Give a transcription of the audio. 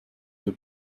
für